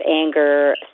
anger